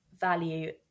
value